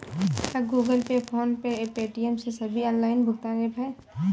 क्या Google pay PhonePe Paytm ये सभी ऑनलाइन भुगतान ऐप हैं?